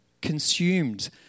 consumed